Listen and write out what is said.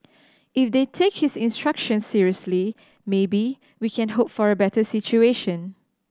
if they take his instructions seriously maybe we can hope for a better situation